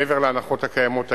מעבר להנחות הקיימות היום.